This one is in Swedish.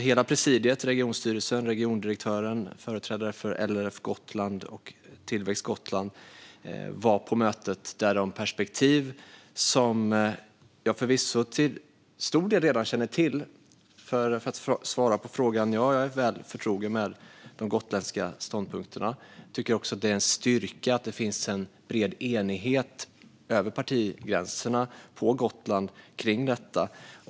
Hela presidiet, regionstyrelsen, regiondirektören, företrädare för LRF Gotland och Tillväxt Gotland var på mötet. För att svara på interpellantens fråga är jag väl förtrogen med de gotländska ståndpunkterna och tycker också att det är en styrka att det finns en bred enighet över partigränserna på Gotland kring detta.